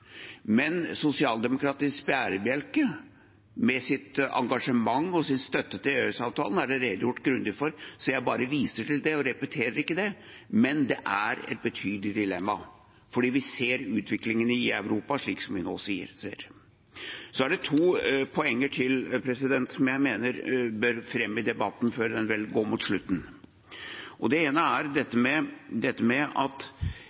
Men det med sosialdemokratisk bærebjelke og engasjementet for og støtten til EØS-avtalen er det redegjort grundig for, så jeg bare viser til det og repeterer det ikke. Men det er et betydelig dilemma fordi vi ser utviklingen i Europa slik som vi nå gjør. Så er det to poenger til som jeg mener bør fram i debatten før den vel går mot slutten. Det ene er dette med at